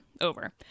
Over